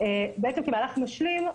כמהלך משלים,